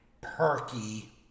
perky